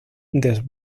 des